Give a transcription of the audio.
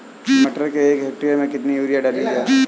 मटर के एक हेक्टेयर में कितनी यूरिया डाली जाए?